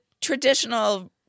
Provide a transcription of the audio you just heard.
traditional